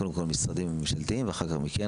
קודם כל המשרדים הממשלתיים ואחר כך מכם,